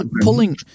pulling